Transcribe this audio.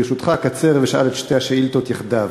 ברשותך, אקצר ואשאל את שתי השאילתות יחדיו.